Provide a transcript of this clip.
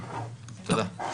תודה.